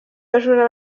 bajura